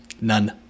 None